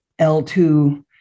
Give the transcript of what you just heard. L2